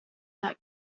that